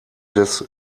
des